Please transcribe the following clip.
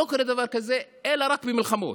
לא קורה דבר כזה אלא רק במלחמות.